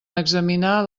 examinar